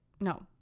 no